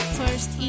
first